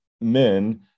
Men